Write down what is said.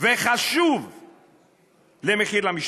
וחשוב למחיר למשתכן.